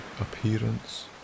appearance